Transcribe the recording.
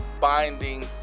binding